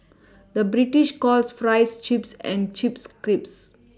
the British calls Fries Chips and Chips Crisps